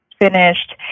finished